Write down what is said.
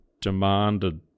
demanded